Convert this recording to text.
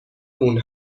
اون